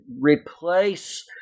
replace